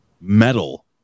metal